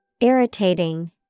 Irritating